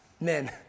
men